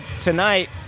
tonight